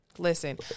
Listen